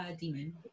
demon